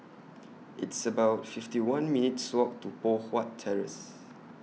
It's about fifty one minutes' Walk to Poh Huat Terrace